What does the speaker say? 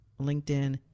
LinkedIn